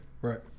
Right